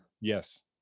Yes